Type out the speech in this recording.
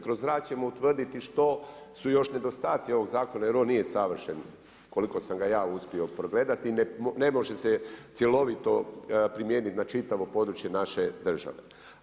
Kroz rad ćemo utvrditi što su još nedostaci ovog zakona jer on nije savršen koliko sam ga uspio pogledati i ne može se cjelovito primijeniti na čitavo područje naše države.